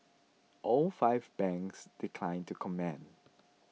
all five banks declined to comment